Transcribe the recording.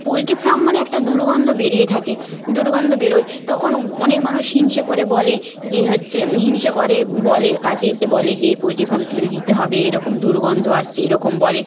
পোলটি farm মানে একটা দুর্গন্ধ বেরিয়ে থাকে দুর্গন্ধ বেরোয় তখন অনেক মানুষ হিংসে করে বলে যে হচ্ছে হিংসে করে বলে কাছে এসে বলে যে পোলট্রি ফার্ম তুলে দিতে হবে এরকম দুর্গন্ধ আসছে এরকম বলে